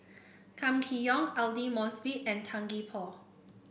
Kam Kee Yong Aidli Mosbit and Tan Gee Paw